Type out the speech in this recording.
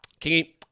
Kingy